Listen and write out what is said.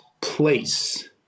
place